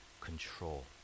control